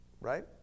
right